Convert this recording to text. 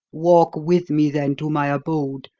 walk with me, then, to my abode,